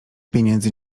pieniędzy